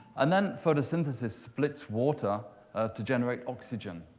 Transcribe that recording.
and then, photosynthesis splits water to generate oxygen,